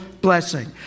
blessing